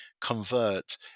convert